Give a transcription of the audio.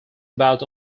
about